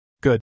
Good